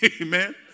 Amen